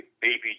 baby